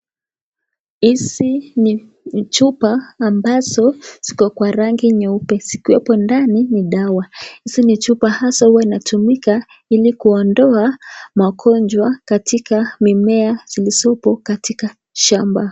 Hizi ni chupa ambazo ziko kwa rangi nyeupe, zikiwepo ndani ni dawa, hizi ni chupa haswa huwa inatumika ili kuondoa magonjwa katika mimea zilizopo katikati shamba.